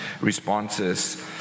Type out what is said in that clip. responses